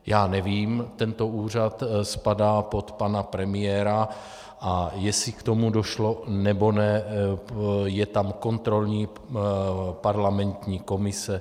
Já nevím, tento úřad spadá pod pana premiéra, a jestli k tomu došlo, nebo ne, je tam kontrolní parlamentní komise.